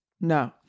No